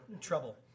trouble